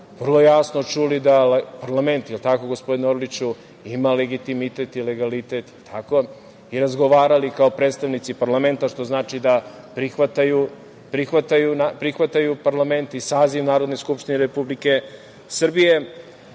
vrlo jasno čuli da parlament, jel tako gospodine Orliću, ima legitimitet i legalitet i razgovarali kao predstavnici parlamenta, što znači da prihvataju parlament i saziv Narodne skupštine Republike Srbije. Dakle,